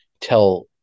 tell